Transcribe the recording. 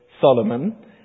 Solomon